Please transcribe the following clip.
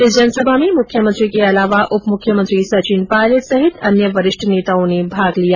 इस जनसभा में मुख्यमंत्री के अलावा उप मुख्यमंत्री सचिन पायलट सहित अन्य वरिष्ठ नेताओ ने भाग लिया